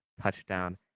touchdown